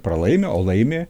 pralaimi o laimi